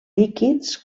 líquids